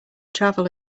travel